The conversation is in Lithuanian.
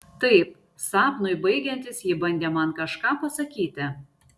taip sapnui baigiantis ji bandė man kažką pasakyti